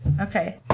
Okay